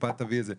שהקופה תביא את זה,